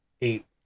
eight